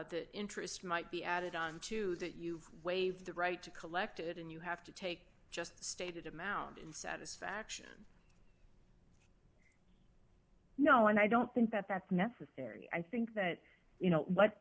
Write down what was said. t interest might be added on to that you waive the right to collect it and you have to take just stated amount in satisfaction no and i don't think that that's necessary i think that you know what